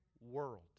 world